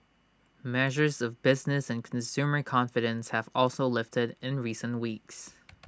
measures of business and consumer confidence have also lifted in recent weeks